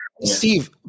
Steve